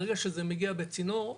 ברגע שזה מגיע בצינור,